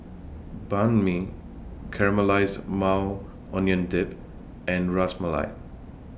Banh MI Caramelized Maui Onion Dip and Ras Malai